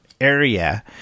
area